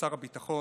לשר הביטחון,